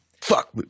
Fuck